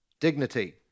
dignity